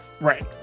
Right